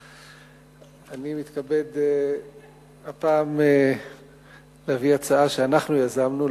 אני מתכבד הפעם להביא הצעה שאנחנו יזמנו,